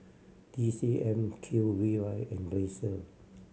T C M Q V Y and Razer